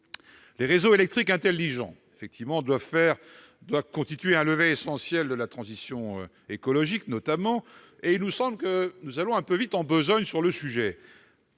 Les réseaux électriques intelligents doivent constituer un levier essentiel de la transition écologique, et il nous semble que nous allons un peu vite en besogne sur le sujet.